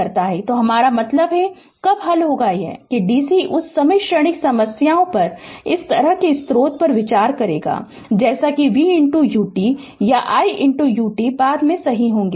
तो हमार मतलब है कब हल होगा ये कि DC उस समय क्षणिक समस्याओं पर इस तरह के स्रोत पर विचार करेगा जैसे कि v ut या i ut बाद में सही होगा